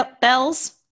bells